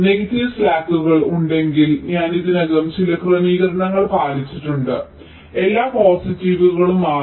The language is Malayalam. നെഗറ്റീവ് സ്ലാക്കുകൾ ഉണ്ടെങ്കിൽ ഞാൻ ഇതിനകം ചില ക്രമീകരണങ്ങൾ പാലിച്ചിട്ടുണ്ട് എല്ലാ പോസിറ്റീവുകളും മാറും